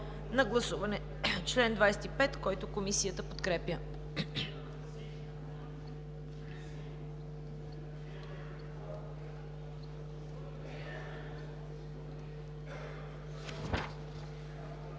на гласуване чл. 17, който Комисията подкрепя.